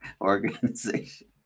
organization